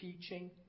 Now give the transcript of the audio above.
teaching